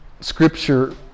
scripture